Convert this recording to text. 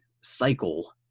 cycle